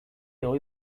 ohi